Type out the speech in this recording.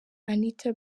anita